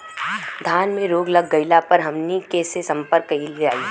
धान में रोग लग गईला पर हमनी के से संपर्क कईल जाई?